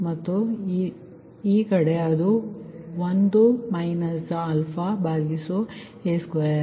ಮತ್ತು ಈ ಕಡೆ ಅದು 1 α2ypq ಆಗಿದೆ ಸರಿ